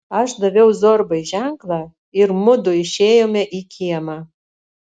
aš daviau zorbai ženklą ir mudu išėjome į kiemą